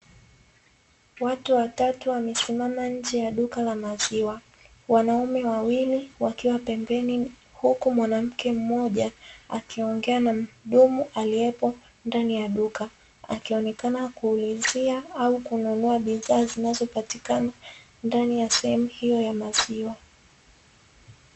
Watu watatu wamesimama nje ya duka la maziwa, wanaume wawili wakiwa pembeni huku mwanamke mmoja akiongea na muhudumu aliyepo ndani ya duka, akionekana kuulizia au kununua bidhaa zinazopatikana ndani ya sehemu hio ya maziwa.